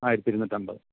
ആയിരത്തി ഇരുനൂറ്റി അൻപത്